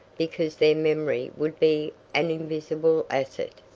because their memory would be an invisible asset.